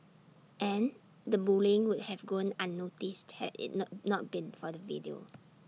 and the bullying would have gone unnoticed had IT not not been for the video